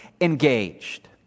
engaged